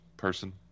Person